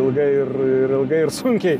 ilgai ir ilgai ir sunkiai